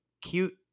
cute